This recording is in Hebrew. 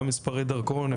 גם מספרי דרכון,